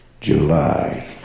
July